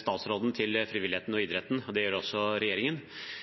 statsråden til frivilligheten og idretten, det gjør også regjeringen.